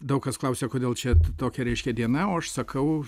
daug kas klausia kodėl čia tokia reiškia diena o aš sakau